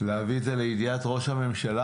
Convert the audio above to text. להביא את זה לידיעת ראש הממשלה.